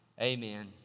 Amen